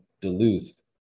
Duluth